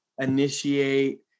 Initiate